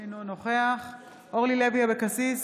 אינו נוכח אורלי לוי אבקסיס,